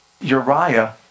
Uriah